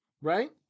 right